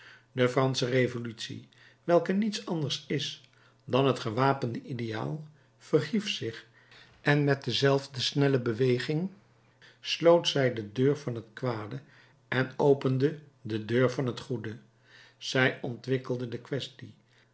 de fransche revolutie welke niets anders is dan het gewapende ideaal verhief zich en met dezelfde snelle beweging sloot zij de deur van het kwade en opende de deur van het goede zij ontwikkelde de quaestie